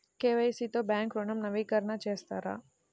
KYC తో bank ఋణం నవీకరణ చేస్తారా?